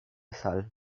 sal